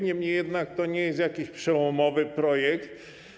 Niemniej jednak to nie jest jakiś przełomowy projekt.